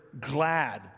glad